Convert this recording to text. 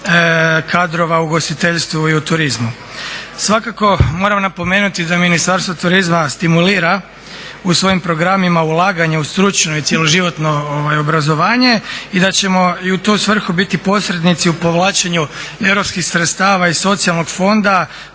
kadrova u ugostiteljstvu i u turizmu. Svakako moram napomenuti da Ministarstvo turizma stimulira u svojim programima ulaganje u stručno i cjeloživotno obrazovanje i da ćemo i u tu svrhu biti posrednici u povlačenju europskih sredstava iz socijalnog fonda